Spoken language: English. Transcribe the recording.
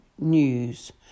News